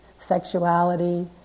sexuality